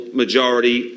majority